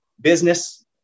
business